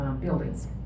buildings